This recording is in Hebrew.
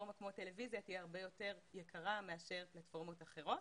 פלטפורמה כמו טלוויזיה תהיה הרבה יותר יקרה מאשר פלטפורמות אחרות.